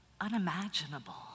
unimaginable